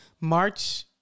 March